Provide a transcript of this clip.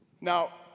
Now